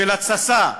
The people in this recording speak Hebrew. של התססה,